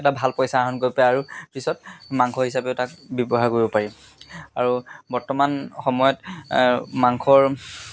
এটা ভাল পইচা আহৰণ কৰিব পাৰে আৰু পিছত মাংস হিচাপেও তাক ব্যৱহাৰ কৰিব পাৰি আৰু বৰ্তমান সময়ত মাংসৰ